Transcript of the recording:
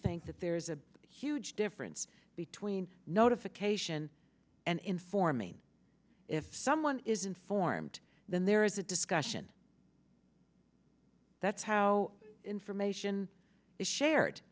think that there's a huge difference between notification and information if someone is informed than there is a discussion that's how information